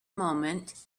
moment